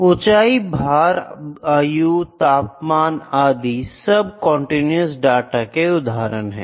ऊंचाई भार आयु तापमान आदि सब कंटीन्यूअस डाटा के उदाहरण हैं